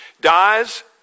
dies